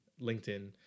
LinkedIn